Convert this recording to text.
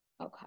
Okay